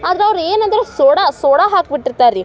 ಆದ್ರೆ ಅವ್ರು ಏನು ಅಂದ್ರೆ ಸೋಡಾ ಸೋಡಾ ಹಾಕ್ಬಿಟ್ಟಿರ್ತಾರೆ ರೀ